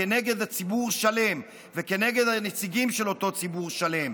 כנגד ציבור שלם וכנגד הנציגים של אותו ציבור שלם.